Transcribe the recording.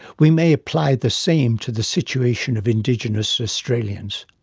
we may apply the same to the situation of indigenous australians